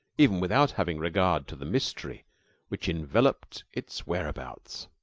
even without having regard to the mystery which enveloped its whereabouts.